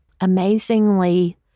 amazingly